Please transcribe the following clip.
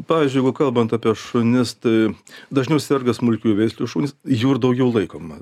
pavyzdžiui jeigu kalbant apie šunis tai dažniau serga smulkiųjų veislių šunys jų ir daugiau laikoma